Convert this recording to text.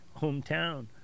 hometown